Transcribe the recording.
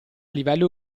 livello